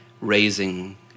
raising